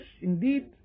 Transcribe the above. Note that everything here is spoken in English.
indeed